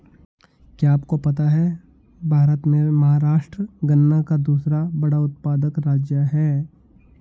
क्या आपको पता है भारत में महाराष्ट्र गन्ना का दूसरा बड़ा उत्पादक राज्य है?